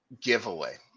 giveaway